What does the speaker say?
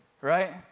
right